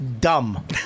dumb